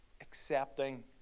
accepting